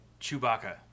Chewbacca